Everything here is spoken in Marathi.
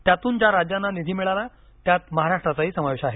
त्यातून ज्या राज्यांना निधी मिळाला त्यात महाराष्ट्राचाही समावेश आहे